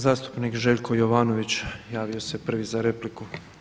Zastupnik Željko Jovanović javio se prvi za repliku.